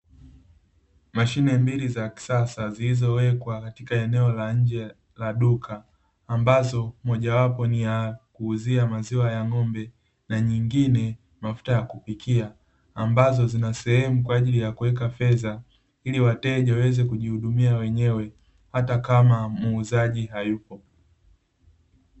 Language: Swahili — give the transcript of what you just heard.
Mashine mbili za kisasa zilizowekwa katika eneo la nje la duka, ambazo mojawapo ni ya kuuzia maziwa ya ng'ombe na nyingine mafuta ya kupikia. Ambazo zina sehemu kwa ajili ya kuweka fedha ili wateja waweze kujihudumia wenyewe hata kama muuzaji hayupo.